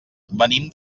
venim